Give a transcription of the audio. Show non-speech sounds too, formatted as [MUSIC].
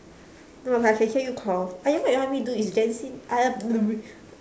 no I can hear you call !aiya! what you want me do is jensin [NOISE]